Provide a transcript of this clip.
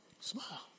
smile